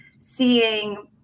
seeing